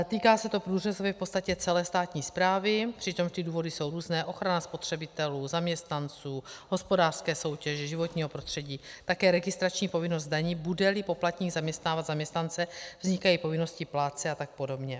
Týká se to průřezově v podstatě celé státní správy, přičemž důvody jsou různé: ochrana spotřebitelů, zaměstnanců, hospodářské soutěže, životního prostředí, také registrační povinnost daní, budeli poplatník zaměstnávat zaměstnance, vznikají povinnosti plátce a tak podobně.